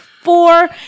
four